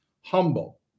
humble